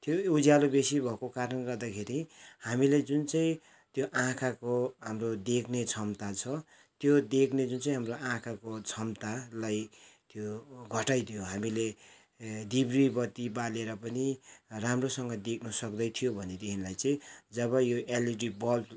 त्यो उज्यालो बेसी भएको कारणले गर्दाखेरि हामीलाई जुन चाहिँ त्यो आँखाको हाम्रो देख्ने क्षमता छ त्यो देख्ने जुन चाहिँ हाम्रो आँखाको क्षमतालाई त्यो घटाइदियो हामीले धिब्री बत्ती बालेर पनि राम्रोसँग देख्नु सक्दैथ्यो भनेदेखिलाई चाहिँ जब तो एलइडी बल्ब